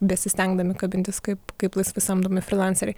besistengdami kabintis kaip kaip laisvai samdomi frylanceriai